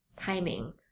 timing